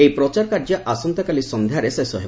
ଏହି ପ୍ରଚାର କାର୍ଯ୍ୟ ଆସନ୍ତାକାଲି ସନ୍ଧ୍ୟାରେ ଶେଷ ହେବ